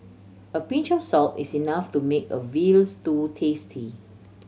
a pinch of salt is enough to make a veal stew tasty